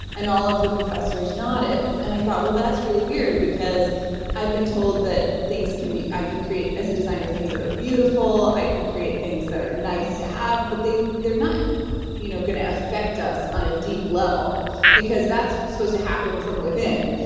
and all of the professor's nodded and i thought, well, that's really weird, because i've been told that things can be. i can create, as a designer, things that are beautiful, i can create things that are nice to have but they're not you know going to affect us on a deep level because, that's supposed to happen from within.